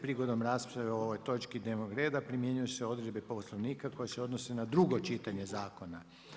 Prigodom rasprave o ovoj točki dnevnog reda primjenjuju se odredbe Poslovnika koje se odnose na drugo čitanje zakona.